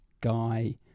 guy